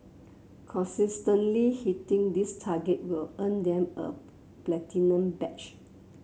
consistently hitting this target will earn them a platinum badge